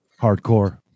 Hardcore